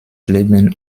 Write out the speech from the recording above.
leben